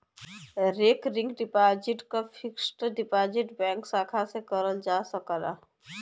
recurring deposit क fixed deposit bank शाखा से करल जा सकला